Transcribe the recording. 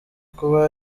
kuba